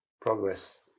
progress